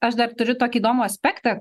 aš dar turiu tokį įdomų aspektą